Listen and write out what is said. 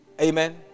Amen